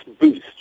boost